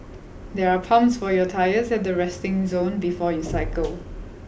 there are pumps for your tyres at the resting zone before you cycle